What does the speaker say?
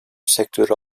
sektörü